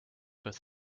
with